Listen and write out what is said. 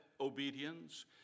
obedience